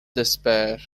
despair